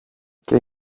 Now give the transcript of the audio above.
και